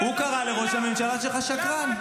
הוא קרא לראש הממשלה שלך שקרן.